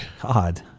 God